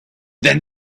than